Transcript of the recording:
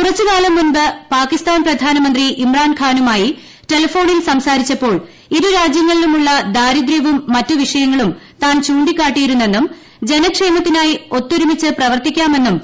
കുറച്ചു കാലം മുമ്പ് പാകിസ്ഥാൻ പ്രധാനമന്ത്രി ഇമ്രാൻഖാനുമായി ടെലഫോണിൽ സംസാരിച്ചപ്പോൾ ഇരു രാജൃങ്ങളിലുമുള്ള ദാരിദ്ര്യവും മറ്റു വിഷയങ്ങളും താൻ ചൂണ്ടിക്കാട്ടിയിരുന്നെന്നും ജനക്ഷേമത്തിനായി